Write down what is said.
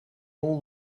all